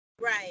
Right